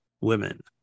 women